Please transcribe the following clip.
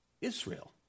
Israel